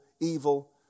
evil